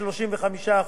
כבר בשנת 2012